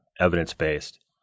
evidence-based